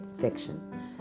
fiction